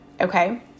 okay